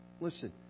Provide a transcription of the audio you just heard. Listen